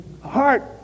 heart